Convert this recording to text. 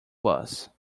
bus